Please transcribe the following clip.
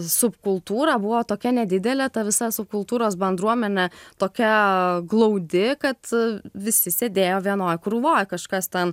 subkultūra buvo tokia nedidelė ta visa subkultūros bendruomenė tokia glaudi kad visi sėdėjo vienoj krūvoj kažkas ten